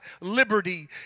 liberty